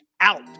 out